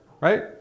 right